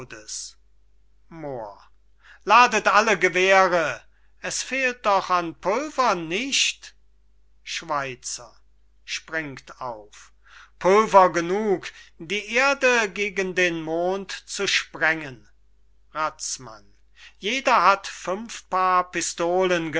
moor ladet alle gewehre es fehlt doch an pulver nicht schweizer springt auf pulver genug die erde gegen den mond zu sprengen razmann jeder hat fünf paar pistolen